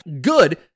Good